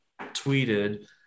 tweeted